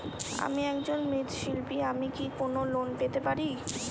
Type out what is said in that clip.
আমি একজন মৃৎ শিল্পী আমি কি কোন লোন পেতে পারি?